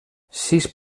sis